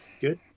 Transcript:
Good